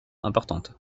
importante